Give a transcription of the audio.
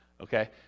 Okay